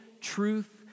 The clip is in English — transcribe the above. truth